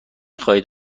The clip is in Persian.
خواهید